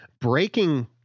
breaking